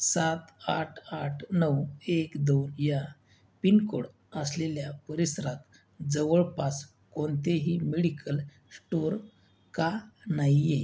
सात आठ आठ नऊ एक दोन या पिन कोड असलेल्या परिसरात जवळपास कोणतेही मेडिकल स्टोअर का नाहीये